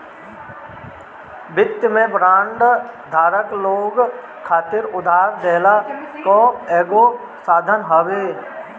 वित्त में बांड धारक लोग खातिर उधार देहला कअ एगो साधन हवे